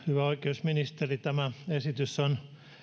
hyvä oikeusministeri tämä esitys on